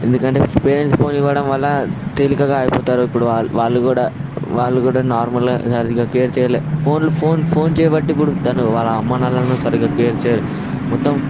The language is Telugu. ఎందుకంటే పేరెంట్స్ ఫోన్లు ఇవ్వడం వల్ల కూడా తేలికగా అయిపోతారు ఇప్పుడు వా వాళ్లు కూడా వాళ్ళు కూడా నార్మల్గా సరిగా కేర్ చేయలే ఫోన్లు ఫోన్ ఫోన్ చేయబట్టి ఇప్పుడు తను వాళ్ళ అమ్మ నాన్నలను సరిగా కే కేర్ చేయరు మొత్తం